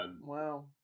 Wow